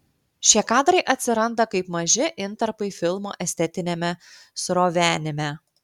šie kadrai atsiranda kaip maži intarpai filmo estetiniame srovenime